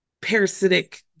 parasitic